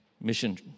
mission